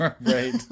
Right